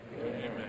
Amen